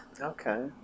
Okay